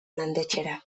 landetxera